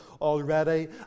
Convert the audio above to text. already